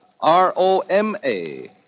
R-O-M-A